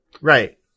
Right